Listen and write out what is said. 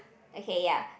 okay ya